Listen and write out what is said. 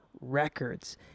records